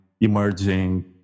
emerging